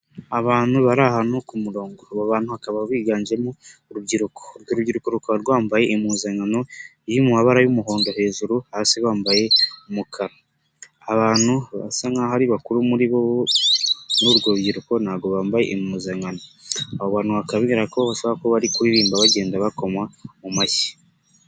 Abantu bari ahantu ku murongo bakaba biganjemo urubyiruko, urubyiruko rukaba rwambaye impuzankano iri mu mabara y'umuhondo hejuru, hasi bambaye umukara ni abantu basa nk'aho ari bakuru. Urwo rubyiruko ntago bambaye impuzankano. Abo bantu bakaba bibwira ko babasha kuririmba, bagenda bakoma mu mashyi.